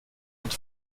und